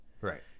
Right